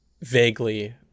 vaguely